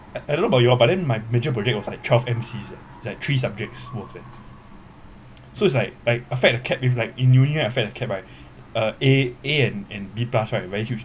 I don't know about you all but then my major project was like twelve M_Cs eh it's like three subjects worth eh so it's like like affect the cap with like in uni right affect the cap right uh A A and and B plus right very huge